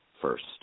first